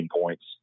points